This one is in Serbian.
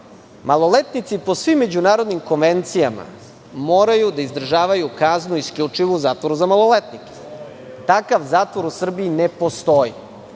maloletnici po svim međunarodnim konvencijama moraju da izdržavaju kaznu isključivo u zatvoru za maloletnike. Takav zatvor u Srbiji ne postoji.